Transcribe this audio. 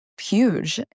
huge